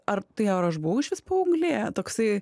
ar tai ar aš buvau išvis paauglė toksai